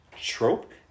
trope